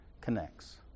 connects